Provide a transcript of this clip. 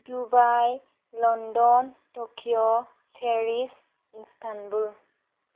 Dubai London Tokyo Paris Istanbul